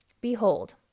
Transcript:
Behold